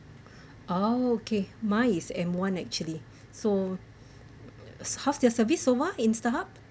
okay mine is M1 actually so how's their service so far in Starhub